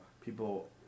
people